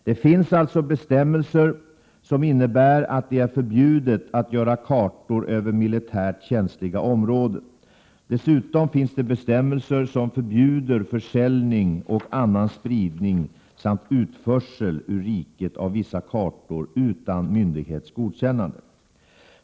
Det finns alltså bestämmelser som innebär att det är förbjudet att göra kartor över militärt känsliga områden. Dessutom finns det bestämmelser som förbjuder försäljning och annan spridning samt utförsel ur riket av vissa kartor utan myndighets godkännande.